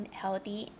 healthy